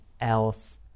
else